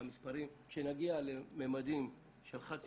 כשנגיע למימדים של חד ספרתיים,